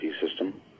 system